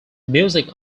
music